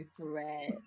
Right